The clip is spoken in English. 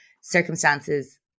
circumstances